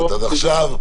אז עכשיו,